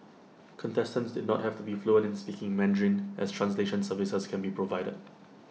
contestants did not have to be fluent in speaking Mandarin as translation services can be provided